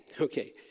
Okay